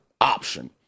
option